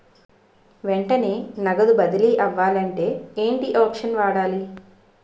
వెంటనే నగదు బదిలీ అవ్వాలంటే ఏంటి ఆప్షన్ వాడాలి?